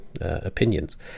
opinions